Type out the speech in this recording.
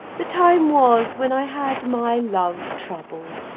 the time was when i had my love-trouble,